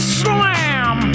slam